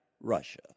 Russia